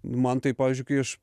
man tai pavyzdžiui kai aš